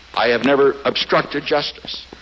i have never obstructed justice.